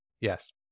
yes